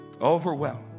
overwhelmed